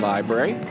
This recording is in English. Library